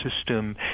system